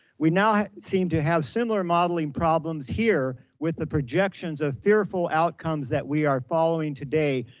we now seem to have similar modeling problems here with the projections of fearful outcomes that we are following today,